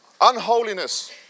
unholiness